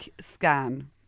scan